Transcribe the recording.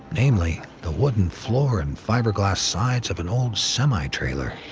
namely, the wooden floor and fiberglass sides of an old semi trailer.